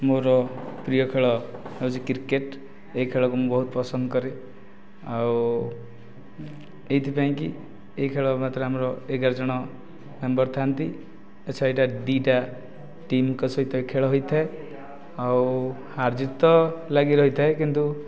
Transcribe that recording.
ମୋର ପ୍ରିୟ ଖେଳ ହେଉଛି କ୍ରିକେଟ୍ ଏଇ ଖେଳକୁ ମୁ ବହୁତ ପସନ୍ଦ କରେ ଆଉ ଏଇଥି ପାଇଁ କି ଏଇ ଖେଳ ମାତ୍ର ଆମର ଏଗାର ଜଣ ମେମ୍ବର ଥାଆନ୍ତି ଆଛା ଏଇଟା ଦି'ଟା ଟିମଙ୍କ ସହିତ ଖେଳ ହୋଇଥାଏ ଆଉ ହାର ଜିତ ତ ଲାଗି ରହିଥାଏ କିନ୍ତୁ